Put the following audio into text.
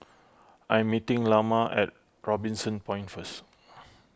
I'm meeting Lamar at Robinson Point first